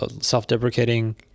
self-deprecating